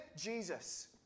Jesus